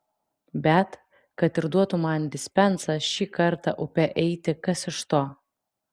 bet kad ir duotų man dispensą šį kartą upe eiti kas iš to